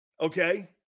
okay